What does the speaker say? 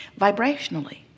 vibrationally